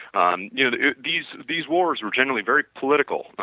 um yeah these these wars were generally very political,